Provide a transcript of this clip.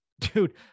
Dude